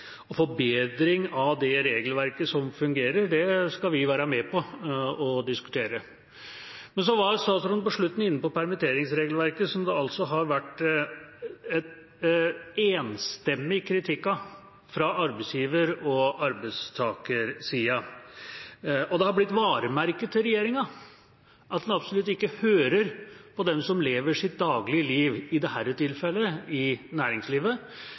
Og forbedring av det regelverket som fungerer, skal vi være med på å diskutere. Så var statsråden på slutten inne på permitteringsregelverket, som det har vært en enstemmig kritikk av fra arbeidsgiver- og arbeidstakersiden. Det har blitt varemerket til regjeringa at den absolutt ikke hører på dem som lever sitt daglige liv – i dette tilfellet – i næringslivet,